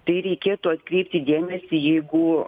tai reikėtų atkreipti dėmesį jeigu